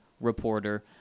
reporter